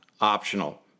optional